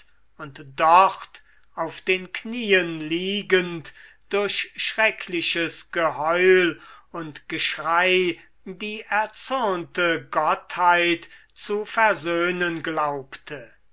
und dort auf den knieen liegend durch schreckliches geheul und geschrei die erzürnte gottheit zu versöhnen glaubte